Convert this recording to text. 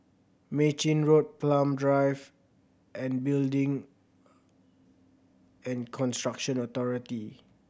Mei Chin Road Palm Drive and Building and Construction Authority